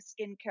skincare